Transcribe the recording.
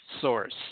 source